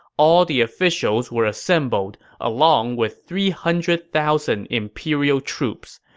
all the officials were assembled, along with three hundred thousand imperial troops.